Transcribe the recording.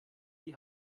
die